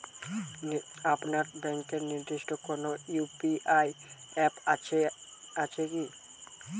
আপনার ব্যাংকের নির্দিষ্ট কোনো ইউ.পি.আই অ্যাপ আছে আছে কি?